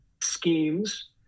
schemes